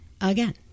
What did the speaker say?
again